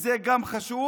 וזה גם חשוב.